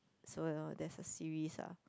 so you know there's a series lah